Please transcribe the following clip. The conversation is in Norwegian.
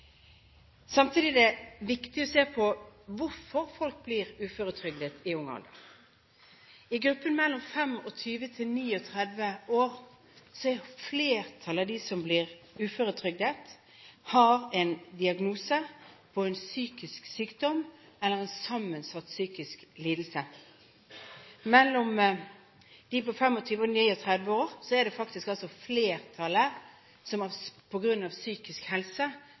Samtidig er det viktig å se på hvorfor folk blir uføretrygdet i ung alder. I gruppen 25–39 år har et flertall av dem som blir uføretrygdet, en diagnose på en psykisk sykdom eller en sammensatt psykisk lidelse, så i gruppen 25–39 år blir faktisk flertallet uføretrygdet på grunn av psykisk helse. Skal man gjøre noe med økningen i antallet uføretrygdede, er altså det